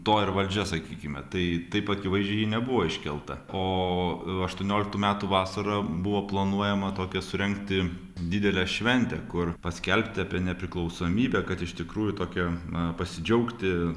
to ir valdžia sakykime tai taip akivaizdžiai ji nebuvo iškelta o aštuonioliktų metų vasarą buvo planuojama tokią surengti didelę šventę kur paskelbti apie nepriklausomybę kad iš tikrųjų tokia na pasidžiaugti